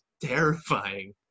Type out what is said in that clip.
terrifying